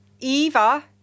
Eva